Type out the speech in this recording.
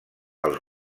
als